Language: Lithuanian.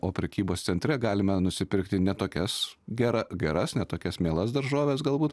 o prekybos centre galime nusipirkti ne tokias gera geras ne tokias mielas daržoves galbūt